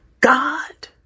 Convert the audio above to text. God